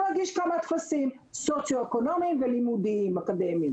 להגיש כמה טפסים סוציו-אקונומיים ולימודיים אקדמיים.